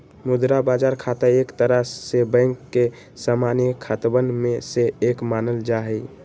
मुद्रा बाजार खाता एक तरह से बैंक के सामान्य खतवन में से एक मानल जाहई